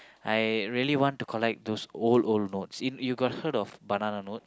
I really want to collect those old old notes you got heard of banana notes